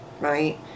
right